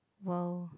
well